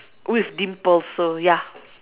with dimples so ya